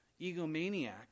egomaniac